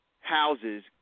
houses